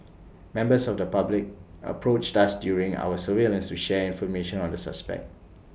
members of the public approached us during our surveillance to share information on the suspect